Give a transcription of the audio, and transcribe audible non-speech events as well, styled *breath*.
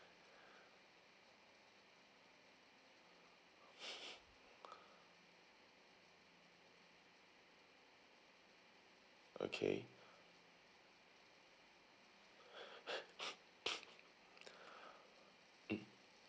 *breath* okay *breath* mm